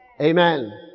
amen